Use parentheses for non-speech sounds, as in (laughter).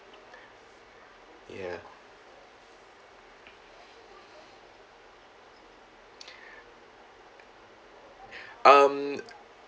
ya (breath) um